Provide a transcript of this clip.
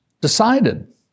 decided